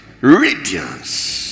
Radiance